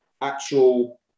actual